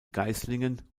geislingen